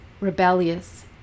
Rebellious